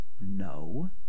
No